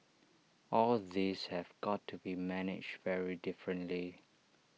all these have got to be managed very differently